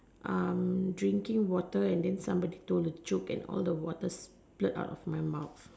um drinking water and then somebody told a joke and all the water slurp out of my mouth